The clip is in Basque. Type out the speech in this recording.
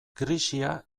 krisia